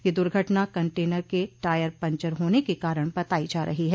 यह दुर्घटना कंटेनर के टायर पंचर होने के कारण बताई जा रही है